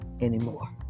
anymore